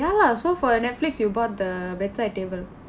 ya lah so for your Netflix you bought the bedside table